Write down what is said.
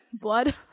Blood